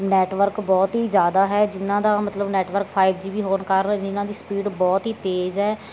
network ਬਹੁਤ ਹੀ ਜ਼ਿਆਦਾ ਹੈ ਜਿਨ੍ਹਾਂ ਦਾ ਮਤਲਬ ਨੈੱਟਵਰਕ ਫਾਈਵ ਜੀ ਬੀ ਹੋਣ ਕਾਰਨ ਜਿਨ੍ਹਾਂ ਦੀ ਸਪੀਡ ਬਹੁਤ ਹੀ ਤੇਜ਼ ਹੈ